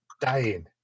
dying